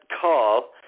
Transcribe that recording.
call